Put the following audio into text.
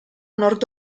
nord